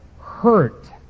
hurt